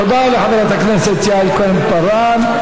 תודה לחברת הכנסת יעל כהן-פארן.